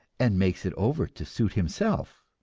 and makes it over to suit himself.